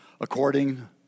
according